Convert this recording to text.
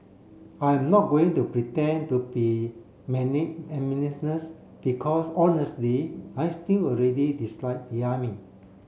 I'm not going to pretend to be because honestly I still really dislike the army